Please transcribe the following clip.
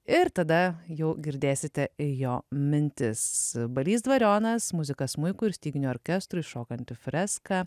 ir tada jau girdėsite jo mintis balys dvarionas muzika smuikui ir styginių orkestrui šokanti freska